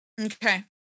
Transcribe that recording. Okay